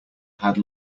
had